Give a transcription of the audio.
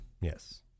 yes